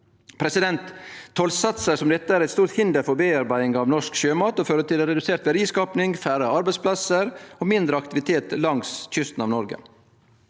pst. Tollsatsar som dette er eit stort hinder for tilverking av norsk sjømat og fører til redusert verdiskaping, færre arbeidsplassar og mindre aktivitet langs kysten av Noreg.